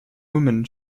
woman